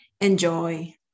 enjoy